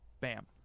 Bam